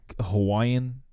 Hawaiian